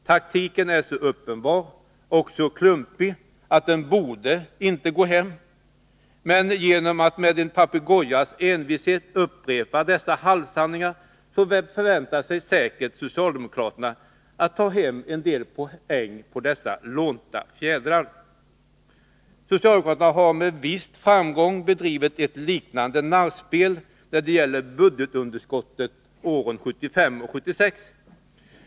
Taktiken är så uppenbar och så klumpig att den inte borde gå hem, men genom att med en papegojas envishet upprepa dessa halvsanningar förväntar sig säkert socialdemokraterna att ta hem poäng på dessa lånta fjädrar. Socialdemokraterna har med viss framgång bedrivit ett liknande narrspel när det gäller budgetunderskottet 1975/76.